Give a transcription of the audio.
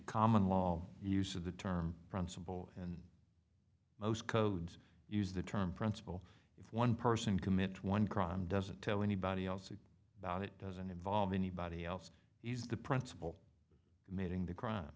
common law use of the term principle and most codes use the term principle if one person commits one crime doesn't tell anybody else it about it doesn't involve anybody else he's the principal committing the crime